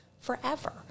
forever